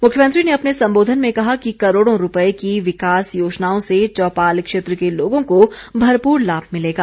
मुख्यमंत्री ने अपने संबोधन में कहा कि करोड़ों रुपये की विकास योजनाओं से चौपाल क्षेत्र के लोगों को भरपूर लाभ मिलेगा